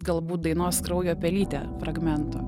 galbūt dainos kraujo pelytė fragmento